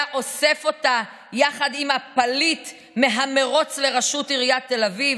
אוסף אותה יחד עם הפליט מהמרוץ לראשות עיריית תל אביב?